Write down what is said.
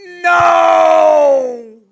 no